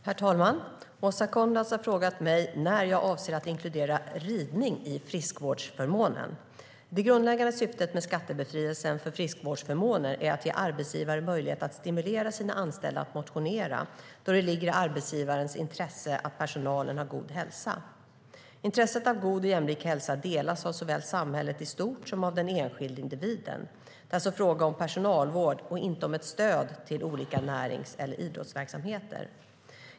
Herr talman! Åsa Coenraads har frågat mig när jag avser att inkludera ridning i friskvårdsförmånen. Det grundläggande syftet med skattebefrielsen för friskvårdsförmåner är att ge arbetsgivare möjlighet att stimulera sina anställda att motionera, då det ligger i arbetsgivarens intresse att personalen har god hälsa. Intresset av god och jämlik hälsa delas av såväl samhället i stort som av den enskilda individen. Det är alltså fråga om personalvård och inte om ett stöd till olika närings eller idrottsverksamheter.